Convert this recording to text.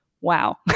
wow